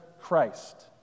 Christ